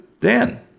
Dan